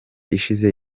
ishize